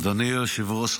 אדוני היושב-ראש,